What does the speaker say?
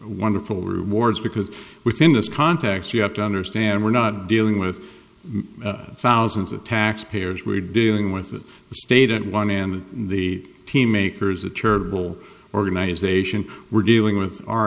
wonderful rewards because within this context you have to understand we're not dealing with thousands of taxpayers we're dealing with the state at one end of the team maker's a charitable organization we're dealing with